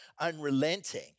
unrelenting